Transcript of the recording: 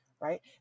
Right